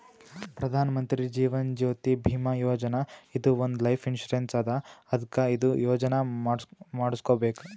ಪ್ರಧಾನ್ ಮಂತ್ರಿ ಜೀವನ್ ಜ್ಯೋತಿ ಭೀಮಾ ಯೋಜನಾ ಇದು ಒಂದ್ life insurance ಅದಾ ಅದ್ಕ ಇದು ಯೋಜನಾ ಮಾಡುಸ್ಕೊಬೇಕ್